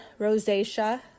rosacea